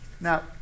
Now